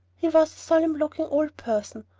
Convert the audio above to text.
he was a solemn-looking old person,